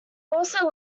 also